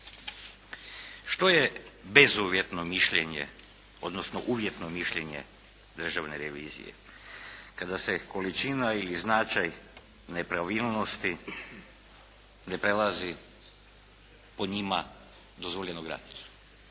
Što je bezuvjetno mišljenje, odnosno uvjetno mišljenje Državne revizije? Kada se količina i značaj nepravilnosti ne prelazi po njima dozvoljenu granicu,